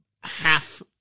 half-